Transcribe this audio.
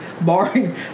Barring